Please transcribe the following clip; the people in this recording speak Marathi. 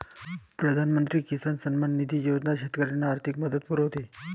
प्रधानमंत्री किसान सन्मान निधी योजना शेतकऱ्यांना आर्थिक मदत पुरवते